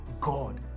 God